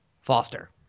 Foster